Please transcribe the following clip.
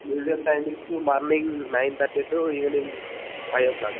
museum timings morning nine thirty to evening five O clock